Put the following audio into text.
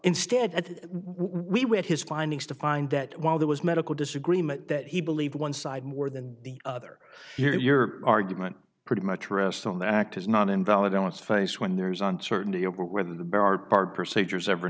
instead that we read his findings to find that while there was medical disagreement that he believed one side more than the other here your argument pretty much rests on the act is not invalid on its face when there's uncertainty over whether the bar procedures ever